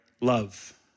love